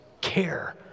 care